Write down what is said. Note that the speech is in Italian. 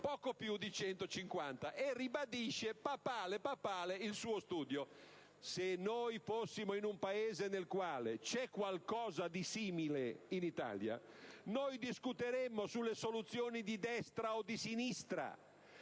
poco più di 150, e ribadiva papale papale il suo studio precedente. Ora, se noi fossimo in un Paese nel quale c'è qualcosa di simile, in Italia, noi discuteremmo sulle soluzioni di destra o di sinistra